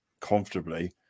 comfortably